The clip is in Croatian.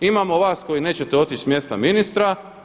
Imamo vas koji nećete otići s mjesta ministra.